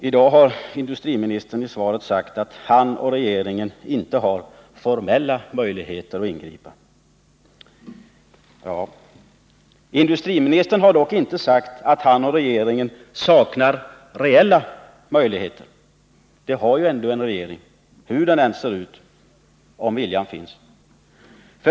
I dag har industriministern i svaret sagt att han och regeringen inte har formella möjligheter att ingripa. Industriministern har dock inte sagt att han och regeringen saknar reella möjligheter. Sådana möjligheter har ju ändå en regering, hur det än ser ut, om viljan finns.